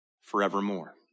forevermore